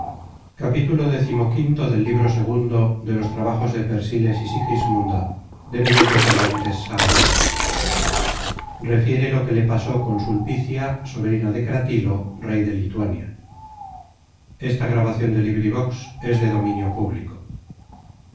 en ella refiere lo que le pasó con sulpicia sobrina de cratilo rey de lituania